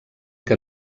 que